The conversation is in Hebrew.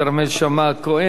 אם כן, רבותי, אנחנו עוברים